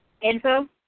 Info